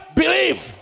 believe